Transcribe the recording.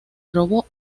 robó